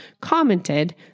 commented